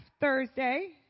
thursday